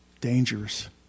Dangerous